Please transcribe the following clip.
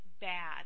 bad